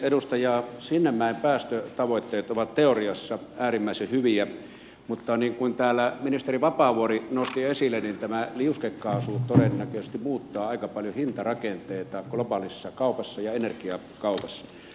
edustaja sinnemäen päästötavoitteet ovat teoriassa äärimmäisen hyviä mutta niin kuin täällä ministeri vapaavuori nosti esille niin tämä liuskekaasu todennäköisesti muuttaa aika paljon hintarakenteita globaalissa kaupassa ja energiakaupassa